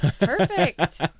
Perfect